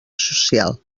social